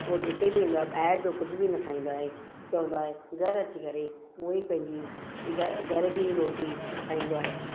उहो जिते बि वेंदो आहे ॿाहिरि जो कुझु बि न खाईंदो आहे चवंदो आहे घरि अची करे उहो ई पंहिंजी घ घर जी ई रोटी खाईंदो आहे